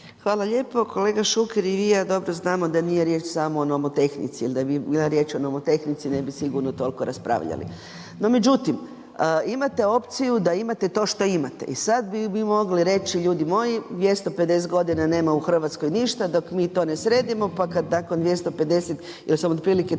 Hvala lijepo. Kolega Šuker i ja dobro znamo da nije riječ samo o nomotehnici, jer da bi bila riječ o nomotehnici ne bi sigurno toliko raspravljali. No međutim, imate opciju da imate to što imate. I sad bi mogli reći ljudi moji 250 godina nema u Hrvatskoj ništa, dok mi to ne sredimo. Pa kad nakon 250 jer sam otprilike toliko